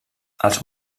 els